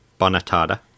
Bonatada